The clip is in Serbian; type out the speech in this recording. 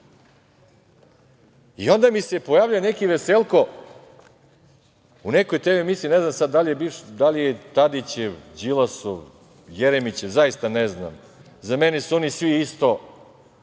i onda mi se pojavljuje neki Veselko, u nekoj TV emisiji, ne znam sad da li je Tadićev, Đilasov, Jeremićev, zaista ne znam, za mene su oni svi isto,